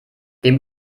dem